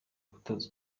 gutoza